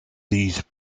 these